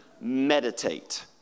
meditate